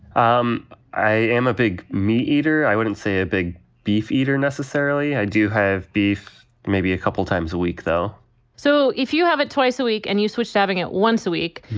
um i am a big meat eater. i wouldn't say a big beef eater necessarily. i do have beef maybe a couple times a week though so if you have it twice a week and you switch to having it once a week,